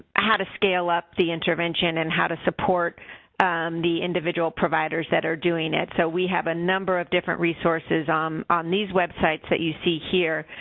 ah how to scale up the intervention and how to support the individual providers that are doing it. so, we have a number of different resources um on these websites that you see here,